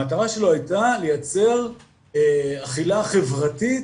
המטרה שלו הייתה לייצר אכילה חברתית